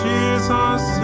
Jesus